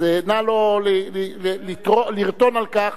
אז נא לא לרטון על כך.